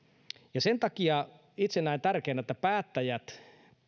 sen takia itse näen tärkeänä että päättäjät